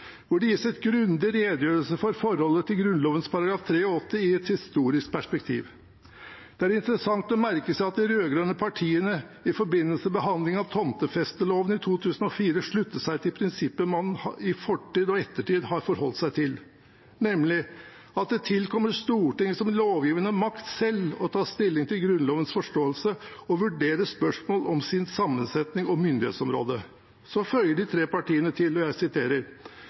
hvor det gis en grundig redegjørelse for forholdet til Grunnloven § 83 i et historisk perspektiv. Det er interessant å merke seg at de rød-grønne partiene i forbindelse med behandlingen av tomtefesteloven i 2008 sluttet seg til prinsipper man i fortid og ettertid har forholdt seg til, nemlig at det tilkommer Stortinget som lovgivende makt selv å ta stilling til Grunnlovens forståelse og vurdere spørsmål om sin sammensetning og myndighetsområde. Så føyde de tre partiene til: